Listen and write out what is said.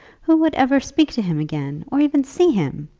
who would ever speak to him again, or even see him?